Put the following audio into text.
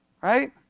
right